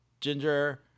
Ginger